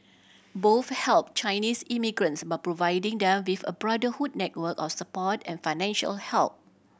both help Chinese immigrants by providing them with a brotherhood network of support and financial help